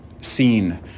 seen